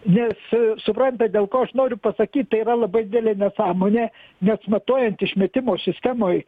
nes suprantat dėl ko aš noriu pasakyt tai yra labai didelė nesąmonė nes matuojant išmetimo sistemoj